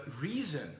reason